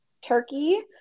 turkey